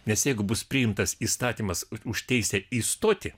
nes jeigu bus priimtas įstatymas už teisę įstoti